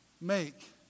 make